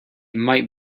might